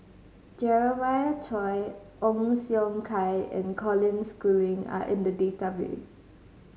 Jeremiah Choy Ong Siong Kai and Colin Schooling are in the database